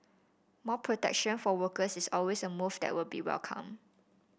more protection for workers is always a move that will be welcomed